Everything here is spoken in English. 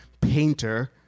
painter